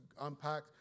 unpack